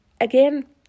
again